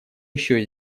еще